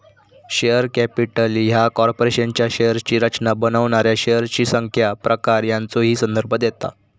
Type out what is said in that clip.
share capital ह्या कॉर्पोरेशनच्या शेअर्सची रचना बनवणाऱ्या शेअर्सची संख्या, प्रकार यांचो ही संदर्भ देता